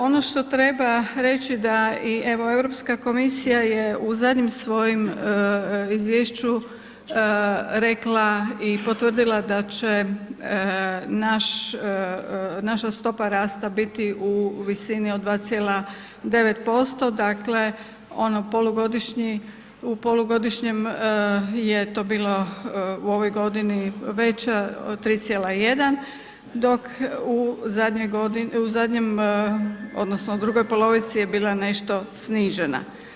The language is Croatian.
Ono što treba reći da i Europska komisija je u zadnjem svom izvješću rekla i potvrdila da će naša stopa rasta biti u visini od 2,9%, dakle u polugodišnjem je to bilo u ovoj godini već od 3,1 dok u zadnjem odnosno u drugoj polovici je bila nešto snižena.